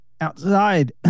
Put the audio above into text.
outside